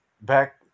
back